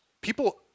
people